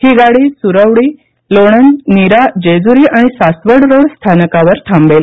ही गाडी सुरवडी लोणंद नीरा जेजुरी आणि सासवड रोड स्थानकावर थांबेल